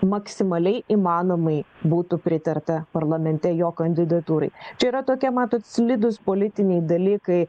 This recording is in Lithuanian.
maksimaliai įmanomai būtų pritarta parlamente jo kandidatūrai čia yra tokie matot slidūs politiniai dalykai